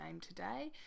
today